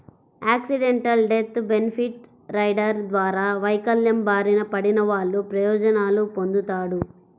accidental death benefit rider ద్వారా వైకల్యం బారిన పడినవాళ్ళు ప్రయోజనాలు పొందుతాడు